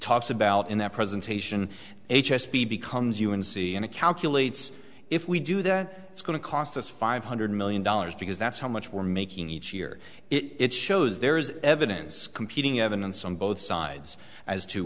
talks about in that presentation h s p becomes u n c and calculates if we do that it's going to cost us five hundred million dollars because that's how much we're making each year it shows there's evidence competing evidence on both sides as to